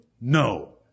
No